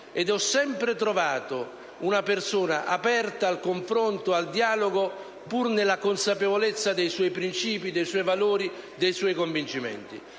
ed ho sempre trovato una persona aperta al confronto e al dialogo, pur nella consapevolezza dei suoi principi, dei suoi valori, dei suoi convincimenti.